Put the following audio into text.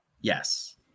Yes